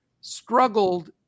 struggled